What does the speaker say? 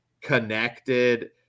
connected